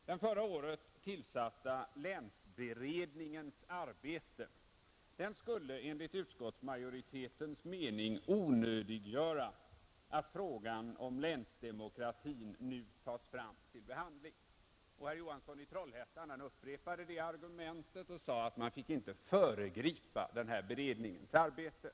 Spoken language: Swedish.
Den förra året tillsatta länsberedningens arbete skulle enligt utskottsmajoritetens mening onödiggöra att frågan om länsdemokratin nu tas upp till behandling. Herr Johansson i Trollhättan upprepade det argumentet och sade att man inte fick föregripa den här beredningens arbete.